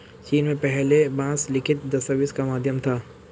चीन में पहले बांस लिखित दस्तावेज का माध्यम था